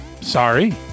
sorry